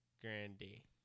Grandy